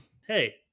hey